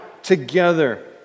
together